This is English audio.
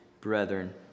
brethren